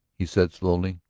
he said slowly.